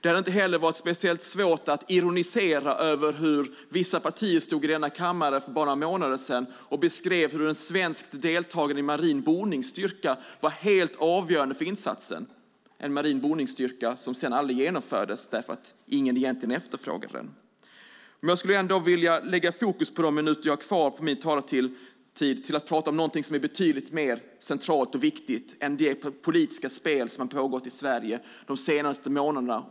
Det hade inte heller varit speciellt svårt att ironisera över hur vissa partier stod i denna kammare för bara några månader sedan och beskrev hur ett svenskt deltagande i en marin bordningsstyrka var helt avgörande för insatsen - en marin bordningsstyrka som sedan aldrig genomfördes eftersom ingen egentligen efterfrågade den. Jag skulle ändå vilja lägga fokus under de minuter jag har kvar av min talartid på att tala om någonting som är betydligt mer centralt och viktigt än det politiska spel om Libyeninsatsen som har pågått i Sverige de senaste månaderna.